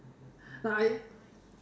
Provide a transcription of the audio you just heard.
but I